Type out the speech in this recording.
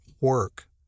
work